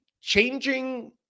changing